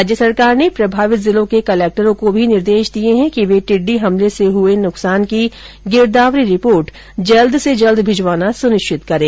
राज्य सरकार ने प्रभावित जिलों के कलक्टरों को भी निर्देश दिए हैं कि वे टिड्डी हमले से हुए नुकसान की गिरदावरी रिपोर्ट जल्द भिजवाना सुनिश्चित करें